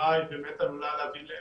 עשיתי "אביוז"